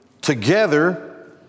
together